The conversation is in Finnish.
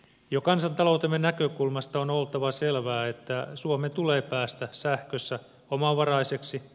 jo kansantaloutemme näkökulmasta on oltava selvää että suomen tulee päästä sähkössä omavaraiseksi